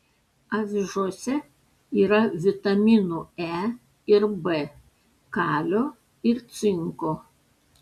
avižose yra vitaminų e ir b kalio ir cinko